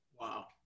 Wow